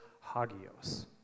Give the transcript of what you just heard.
hagios